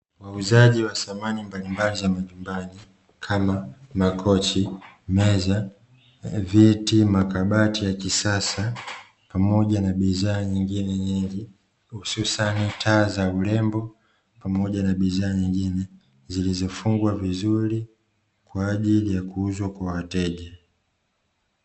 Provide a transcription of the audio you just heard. Wauzaji wa samani mbalimbali za majumbani kama: makochi, meza, viti na makabati ya kisasa pamoja na bidhaa nyingine nyingi hususani taa za urembo pamoja na bidhaa nyingine zilizo fungwa vizuri kwa ajili ya kuuzwa kwa wateja.